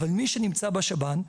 אבל מי שנמצא בשב"ן,